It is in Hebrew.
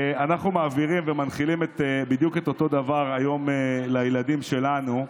אנחנו מעבירים ומנחילים בדיוק אותו הדבר היום לילדים שלנו.